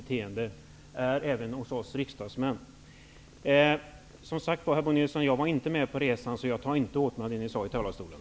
Det gäller även oss riksdagsmän. Jag var, som sagt, inte med på resan så jag tar inte åt mig när det gäller det som Bo Nilsson sade här i talarstolen.